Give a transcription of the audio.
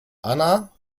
anna